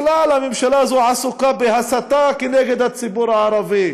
בכלל הממשלה הזאת עסוקה בהסתה נגד הציבור הערבי,